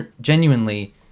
genuinely